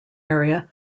area